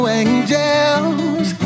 angels